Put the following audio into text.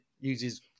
uses